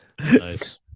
Nice